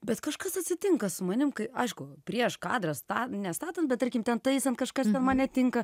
bet kažkas atsitinka su manim kai aišku prieš kadrą sta nestatant bet tarkim ten taisant kažkas man netinka